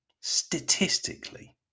statistically